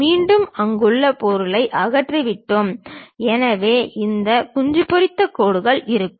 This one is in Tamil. மீண்டும் அங்குள்ள பொருட்களை அகற்றிவிட்டோம் எனவே இந்த குஞ்சு பொறித்த கோடுகள் இருக்கும்